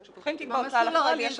כשפותחים תיק בהוצאה לפועל יש אגרה.